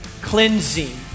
cleansing